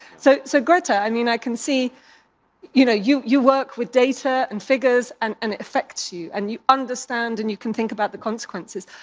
so so, greta, i mean i can see you know you you work with data and figures and and it affects you. and you understand and you can think about the consequences.